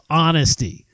honesty